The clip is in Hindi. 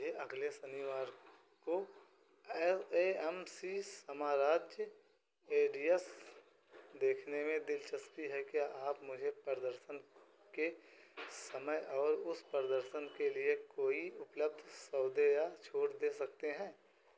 मुझे अगले शनिवार को एल ए एम सी साम्राज्य रेडियस देखने में दिलचस्पी है क्या आप मुझे प्रदर्शन के समय और उस प्रदर्शन के लिए कोई उपलब्ध सौदे या छूट दे सकते हैं